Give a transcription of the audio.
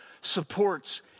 supports